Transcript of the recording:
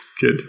Good